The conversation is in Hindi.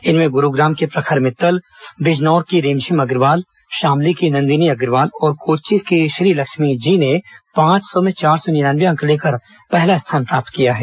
इनमें ग्रूग्राम के प्रखर मित्तल बिजनौर की रिमझिम अग्रवाल शामली की नंदिनी अग्रवाल और कोच्चि की श्रीलक्ष्मी जी ने पांच सौ में चार सौ निन्यानवे अंक लेकर पहला स्थान प्राप्त किया है